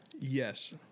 Yes